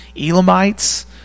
Elamites